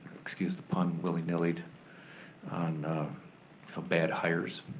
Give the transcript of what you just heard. excuse the pun, willy-nillyed on ah bad hires,